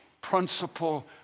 principle